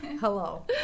Hello